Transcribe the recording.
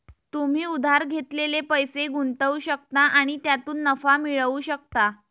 तुम्ही उधार घेतलेले पैसे गुंतवू शकता आणि त्यातून नफा मिळवू शकता